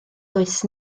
does